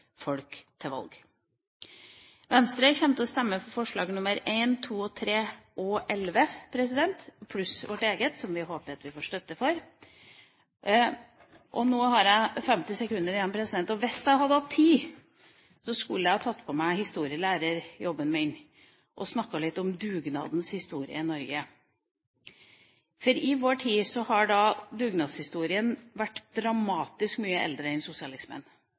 folk til valg. Venstre kommer til å stemme for forslagene nr. 1, 2, 3 og 11, pluss vårt eget, som vi håper vi får støtte til. Nå har jeg 50 sekunder igjen, og hvis jeg hadde hatt tid, skulle jeg tatt på meg historielærerjobben min og snakket litt om dugnadens historie i Norge. Dugnadshistorien er dramatisk mye eldre enn